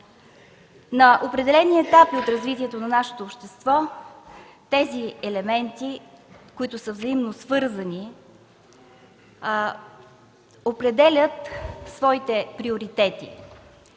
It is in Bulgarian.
На определени етапи от развитието на нашето общество тези елементи, които са взаимно свързани, определят своите приоритети.